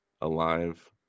alive